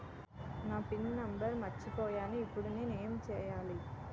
నా PIN number మర్చిపోయాను ఇప్పుడు నేను ఎంచేయాలి?